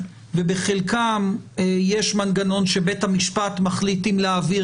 ובחלקם יש מנגנון שבית המשפט מחליט אם להעביר,